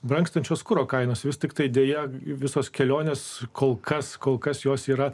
brangstančios kuro kainos vis tiktai deja visos kelionės kol kas kol kas jos yra